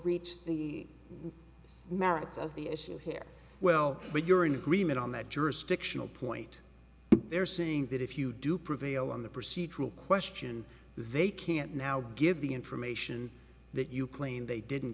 reach the merits of the issue here well but you're in agreement on that jurisdictional point they're saying that if you do prevail on the procedural question they can't now give the information that you claim they didn't